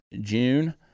June